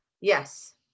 Yes